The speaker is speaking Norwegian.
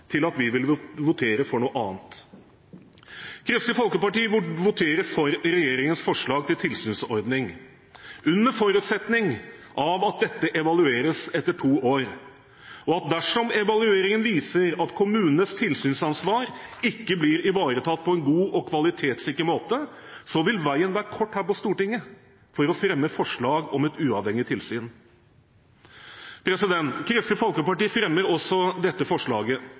til at vi vil votere for noe annet. Kristelig Folkeparti voterer for regjeringens forslag til tilsynsordning under forutsetning av at dette evalueres etter to år, og dersom evalueringen viser at kommunenes tilsynsansvar ikke blir ivaretatt på en god og kvalitetssikker måte, vil veien være kort her på Stortinget til å fremme forslag om et uavhengig tilsyn. Kristelig Folkeparti fremmer også dette forslaget: